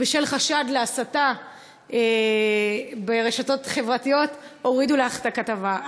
בשל חשד להסתה ברשתות חברתיות הורידו לך את הכתבה.